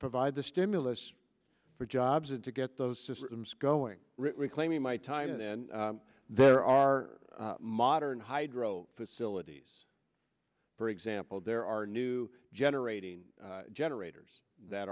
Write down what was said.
provide the stimulus for jobs and to get those systems going reclaiming my time and then there are modern hydro facilities for example there are new generating generators that